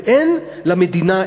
ואין למדינה,